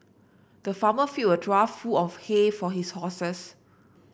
the farmer filled a trough full of hay for his horses